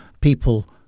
people